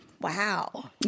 Wow